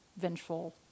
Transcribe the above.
vengeful